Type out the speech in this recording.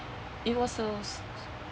it was a